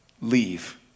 leave